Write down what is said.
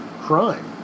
crime